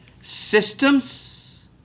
systems